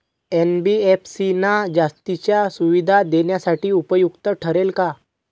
NBFC ना जास्तीच्या सुविधा देण्यासाठी उपयुक्त ठरेल का?